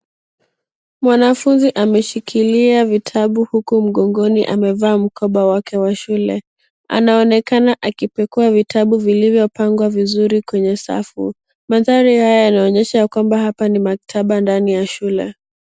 Mwanafunzi ameshikilia vitabu, huku mgongoni amevaa mkoba wake wa shule. Anaonekana akipekua vitabu vilivyopangwa vizuri kwenye safu. Mandhari haya yanaonyesha kwamba hapa maktaba ndani ya shule.